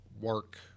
work